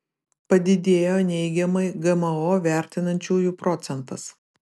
padidėjo neigiamai gmo vertinančiųjų procentas